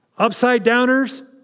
Upside-downers